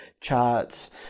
charts